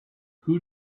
who